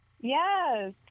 Yes